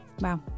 Wow